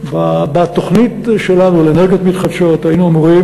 בתוכנית שלנו לאנרגיות מתחדשות היינו אמורים